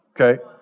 Okay